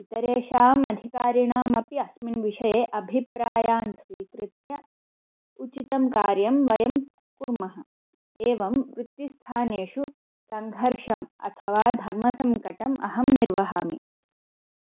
इतरेषाम् अधिकारिणामपि अस्मिन् विषये अभिप्रायान् स्वीकृत्य उचितं कार्यं वयं कुर्मः एवं वृत्तिस्थानेषु सङ्घर्षम् अथवा धर्मसङ्कटम् अहं निर्वहामि